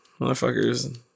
Motherfuckers